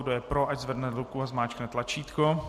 Kdo je pro, ať zvedne ruku a zmáčkne tlačítko.